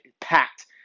packed